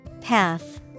Path